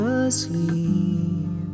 asleep